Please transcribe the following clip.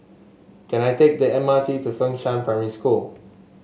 can I take the M R T to Fengshan Primary School